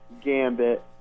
Gambit